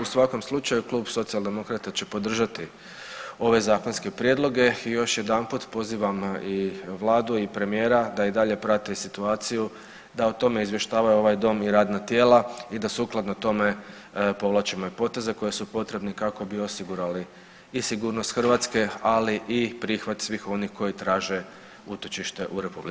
U svakom slučaju klub Socijaldemokrata će podržati ove zakonske prijedloge i još jedanput pozivam i vladu i premijera da i dalje prate situaciju, da o tome izvještavaju ovaj dom i radna tijela i da sukladno tome povlačimo i poteze koji su potrebni kako bi osigurali i sigurnost Hrvatske, ali i prihvat svih onih koji traže utočište u RH.